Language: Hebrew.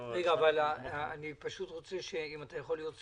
אם אתה יכול להיות ספציפי,